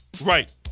Right